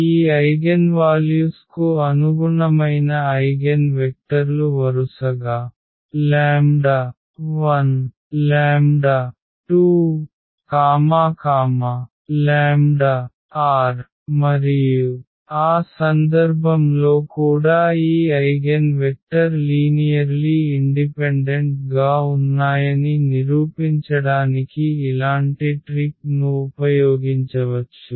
ఈ ఐగెన్వాల్యుస్ కు అనుగుణమైన ఐగెన్ వెక్టర్లు వరుసగా 12r మరియు ఆ సందర్భంలో కూడా ఈ ఐగెన్ వెక్టర్ లీనియర్లీ ఇండిపెండెంట్ గా ఉన్నాయని నిరూపించడానికి ఇలాంటి ట్రిక్ను ఉపయోగించవచ్చు